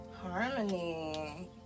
Harmony